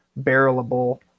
barrelable